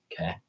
Okay